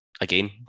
again